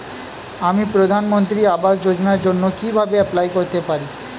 আমি প্রধানমন্ত্রী আবাস যোজনার জন্য কিভাবে এপ্লাই করতে পারি?